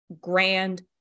grand